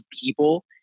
people